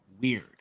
weird